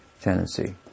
tendency